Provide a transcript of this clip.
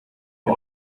que